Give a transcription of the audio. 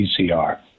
PCR